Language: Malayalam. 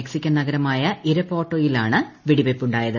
മെക്സിക്കൻ നഗരമായ ഇരപാട്ടോയിലാണ് വെടിവയ്പുണ്ടായത്